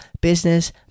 Business